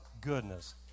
goodness